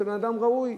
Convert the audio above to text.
זה בן-אדם ראוי,